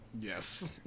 Yes